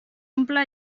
omple